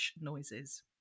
noises